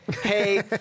hey